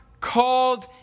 called